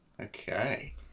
Okay